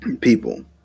People